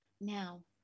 Now